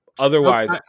Otherwise